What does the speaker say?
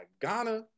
Ghana